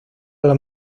las